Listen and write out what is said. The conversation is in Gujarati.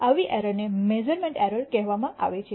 આવી એરરને મેસરમેન્ટ એરર કહેવામાં આવે છે